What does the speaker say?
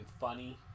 funny